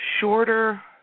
Shorter